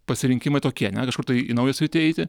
pasirinkimai tokie ne kažkur tai į naują sritį eiti